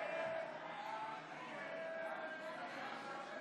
הצעת חוק ליישוב תחת איום מיידי (הוראת שעה),